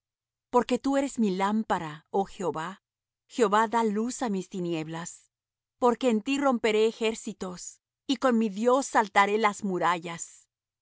porque tú eres mi lámpara oh jehová jehová da luz á mis tinieblas porque en ti romperé ejércitos y con mi dios saltaré las murallas dios